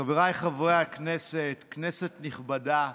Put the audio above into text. חבריי חברי הכנסת, כנסת נכבדה,